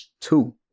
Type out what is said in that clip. Two